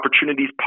opportunities